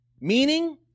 meaning